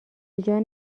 جان